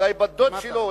אולי בת דוד שלו,